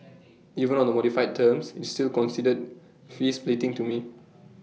even on the modified terms it's still considered fee splitting to me